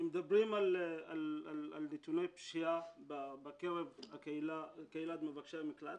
שכשמדברים על נתוני הפשיעה בקרב קהילת מבקשי המקלט